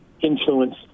influence